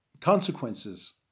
consequences